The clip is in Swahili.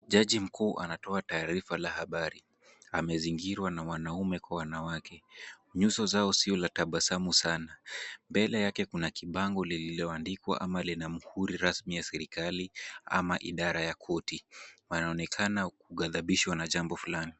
Jaji mkuu anatoa taarifa la habari. Amezingirwa na wanaume kwa wanawake. Nyuso zao sio la tabasamu sana. Mbele yake kuna kibango lililoandikwa ama lina mhuri rasmi ya serikali ama idara ya korti. Wanaonekana kughadhabishwa na jambo fulani.